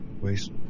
Waste